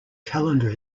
calendar